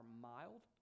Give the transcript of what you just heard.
mild